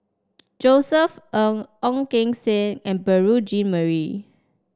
Josef Ng Ong Keng Sen and Beurel Jean Marie